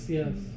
yes